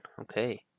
Okay